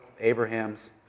Abraham's